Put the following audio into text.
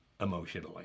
emotionally